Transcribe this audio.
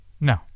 No